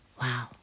Wow